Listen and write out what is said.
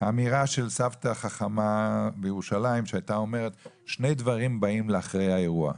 אמירה של סבתא חכמה בירושלים שהייתה אומרת: שני דברים באים אחרי האירוע,